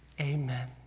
Amen